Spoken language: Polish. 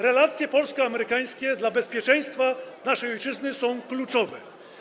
Relacje polsko-amerykańskie dla bezpieczeństwa naszej ojczyzny są kluczowe.